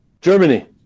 Germany